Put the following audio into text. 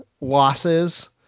losses